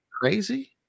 Crazy